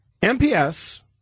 MPS